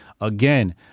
Again